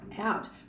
out